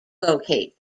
locate